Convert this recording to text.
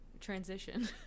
transition